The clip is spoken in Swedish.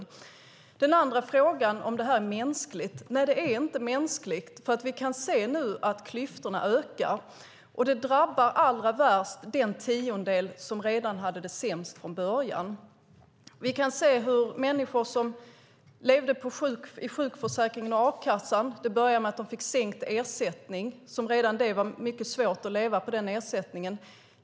När det gäller den andra frågan, om detta är mänskligt, säger jag: Nej, det är inte mänskligt. Vi kan nämligen nu se att klyftorna ökar. Det drabbar allra värst den tiondel som hade det sämst redan från början. Vi kan se att det började med sänkt ersättning för de människor som levde i sjukförsäkringen och a-kassan. Det var redan innan svårt att leva på den ersättningen.